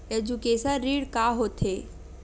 Education ऋण का होथे?